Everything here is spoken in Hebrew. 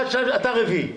אתה הרביעי.